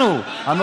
אנחנו, בעבר.